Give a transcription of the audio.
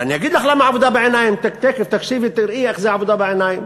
אני אגיד לך למה עבודה בעיניים ותראי איך זאת עבודה בעיניים.